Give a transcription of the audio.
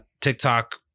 tiktok